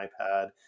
iPad